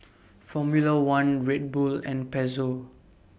Formula one Red Bull and Pezzo